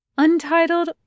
Untitled